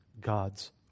God's